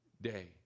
day